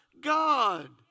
God